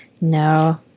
No